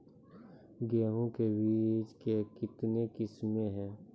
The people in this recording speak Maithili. गेहूँ के बीज के कितने किसमें है?